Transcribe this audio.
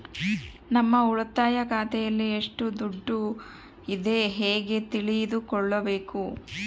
ನಮ್ಮ ಉಳಿತಾಯ ಖಾತೆಯಲ್ಲಿ ಎಷ್ಟು ದುಡ್ಡು ಇದೆ ಹೇಗೆ ತಿಳಿದುಕೊಳ್ಳಬೇಕು?